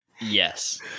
Yes